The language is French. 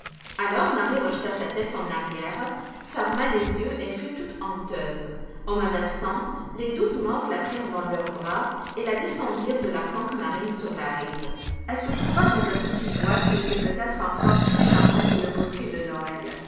alors marie rejeta sa tête en arrière ferma les yeux et fut toute honteuse au même instant les douze maures la prirent dans leurs bras et la descendirent de la conque marine sur la rive elle se trouva dans un petit bois qui était peut-être encore plus charmant que le bosquet de noël